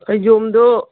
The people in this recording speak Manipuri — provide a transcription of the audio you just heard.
ꯐꯩꯖꯣꯝꯗꯣ